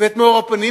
ואת מאור הפנים,